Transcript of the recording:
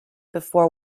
before